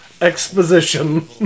Exposition